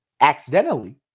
accidentally